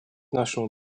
нашему